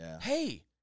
Hey